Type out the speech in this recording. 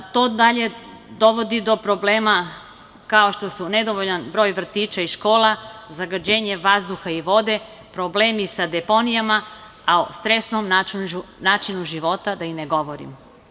To dalje dovodi do problema, kao što su nedovoljan broj vrtića i škola, zagađenje vazduha i vode, problemi sa deponijama, a o stresnom načinu života da i ne govorimo.